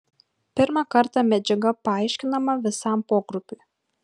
pirmą kartą medžiaga paaiškinama visam pogrupiui